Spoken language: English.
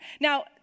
Now